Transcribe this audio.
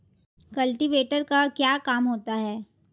Cultivator का क्या काम होता है?